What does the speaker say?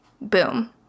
boom